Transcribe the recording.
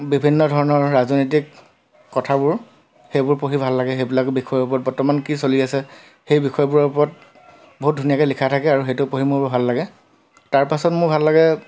বিভিন্ন ধৰণৰ ৰাজনৈতিক কথাবোৰ সেইবোৰ পঢ়ি ভাল লাগে সেইবিলাকৰ বিষয়ৰ ওপৰত বৰ্তমান কি চলি আছে সেই বিষয়বোৰৰ ওপৰত বহুত ধুনীয়াকৈ লিখা থাকে আৰু সেইটো পঢ়ি মোৰ ভাল লাগে তাৰপাছত মোৰ ভাল লাগে